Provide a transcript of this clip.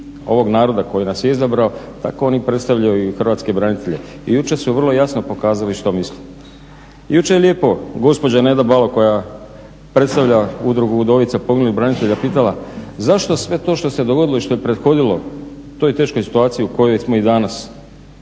ovog naroda koji nas je izabrao tako oni predstavljaju i hrvatske branitelje i jučer su vrlo jasno pokazali što mislimo. Jučer je lijepo gospođa Neda Balog koja predstavlja udrugu udovica poginulih branitelja pitala zašto sve to što se dogodilo i što je prethodilo toj teškoj situaciji u kojoj smo i danas,